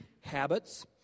habits